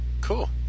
Cool